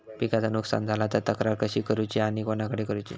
पिकाचा नुकसान झाला तर तक्रार कशी करूची आणि कोणाकडे करुची?